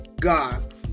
God